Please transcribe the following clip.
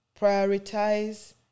prioritize